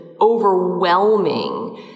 overwhelming